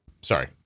Sorry